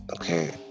Okay